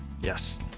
Yes